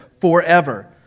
forever